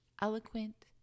Eloquent